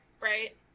right